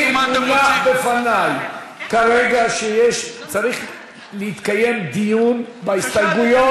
מונח בפני כרגע שצריך להתקיים דיון בהסתייגויות,